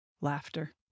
laughter